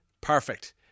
Perfect